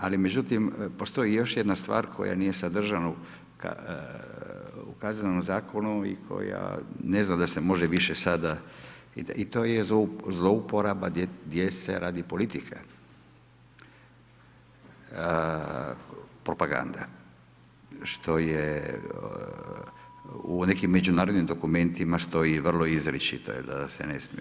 Ali međutim, postoji još jedna stvar koja nije sadržana u Kaznenom zakonu i koja ne znam da se može više sada i to je zlouporaba djece radi politike, propagande, što je u nekim međunarodnim dokumentima stoji vrlo izričito da se ne smije.